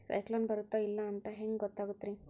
ಸೈಕ್ಲೋನ ಬರುತ್ತ ಇಲ್ಲೋ ಅಂತ ಹೆಂಗ್ ಗೊತ್ತಾಗುತ್ತ ರೇ?